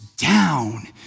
down